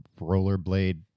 Rollerblade